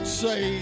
say